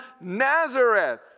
Nazareth